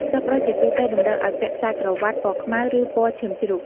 សិស្សប្រុសជាទូទៅតម្រូវឱ្យពាក់ ខ្សែក្រវាត់ពណ៌ខ្មៅ ឬពណ៌ឈាមជ្រូក។